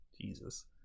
Jesus